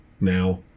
Now